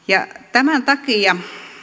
tämän takia